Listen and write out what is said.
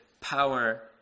power